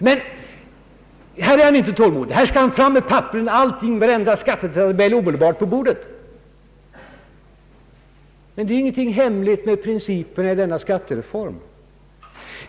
Men här är han inte tålmodig, här skall han ha fram papperen, varenda skattetabell, omedelbart på bordet. Men det är ingenting hemligt med principerna i denna skattereform.